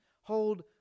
hold